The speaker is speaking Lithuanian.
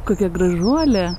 kokia gražuolė